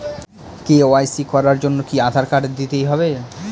KYC করার জন্য কি আধার কার্ড দিতেই হবে?